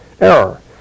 error